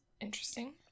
interesting